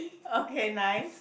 okay nice